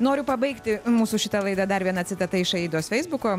noriu pabaigti mūsų šitą laidą dar viena citata iš aidos feisbuko